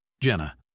Jenna